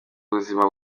ubuzima